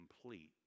complete